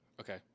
Okay